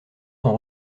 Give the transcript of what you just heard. sont